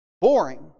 boring